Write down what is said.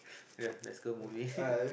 yeah let's go movie